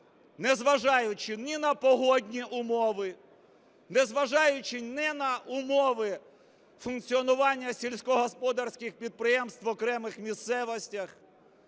незважаючи ні на погодні умови, незважаючи ні на умови функціонування сільськогосподарських підприємств в окремих місцевостях.